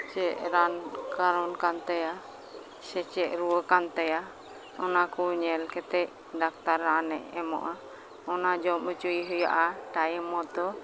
ᱪᱮᱫ ᱨᱟᱱ ᱠᱟᱨᱚᱱ ᱠᱟᱱ ᱛᱟᱭᱟ ᱪᱮᱫ ᱨᱩᱣᱟᱹ ᱠᱟᱱ ᱛᱟᱭᱟ ᱚᱱᱟ ᱠᱚ ᱧᱮᱞ ᱠᱟᱛᱮ ᱰᱟᱠᱛᱟᱨ ᱨᱟᱱᱮ ᱮᱢᱚᱜᱼᱟ ᱚᱱᱟ ᱡᱚᱢ ᱚᱪᱚᱭᱮ ᱦᱩᱭᱩᱜᱼᱟ ᱴᱟᱭᱤᱢ ᱢᱚᱛᱚ